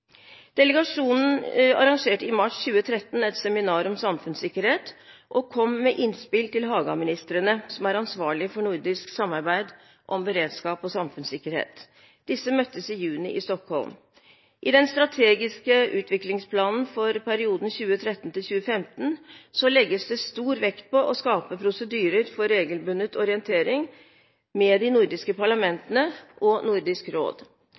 mars 2013 et seminar om samfunnssikkerhet og kom med innspill til Haga-ministrene, som er ansvarlig for nordisk samarbeid om beredskap og samfunnssikkerhet. Disse møttes i juni i Stockholm. I den strategiske utviklingsplanen for perioden 2013–2015 legges det stor vekt på å skape prosedyrer for regelbundet orientering med de nordiske parlamentene og Nordisk råd.